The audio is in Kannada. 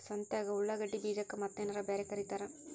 ಸಂತ್ಯಾಗ ಉಳ್ಳಾಗಡ್ಡಿ ಬೀಜಕ್ಕ ಮತ್ತೇನರ ಬ್ಯಾರೆ ಕರಿತಾರ?